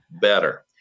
better